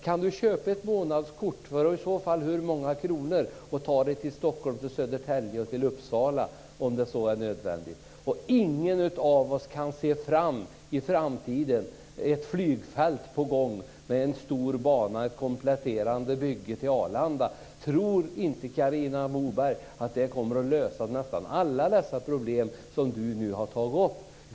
Det är bara en sak som jag vill fråga. Uppsala om det så är nödvändigt? Ingen av oss kan i framtiden se att ett flygfält är på gång med en stor bana, ett kompletterande bygge till Arlanda. Tror inte Carina Moberg att det kommer att lösa nästan alla de problem som hon nu har tagit upp?